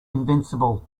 invincible